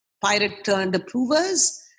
pirate-turned-approvers